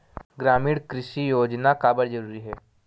ग्रामीण कृषि योजना काबर जरूरी हे?